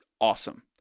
awesome